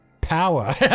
power